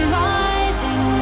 rising